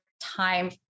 time